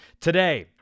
today